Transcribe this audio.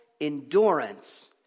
endurance